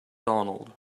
donald